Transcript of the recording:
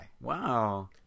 Wow